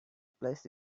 placed